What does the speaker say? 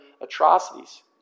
atrocities